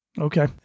Okay